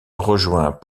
rejoint